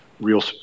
real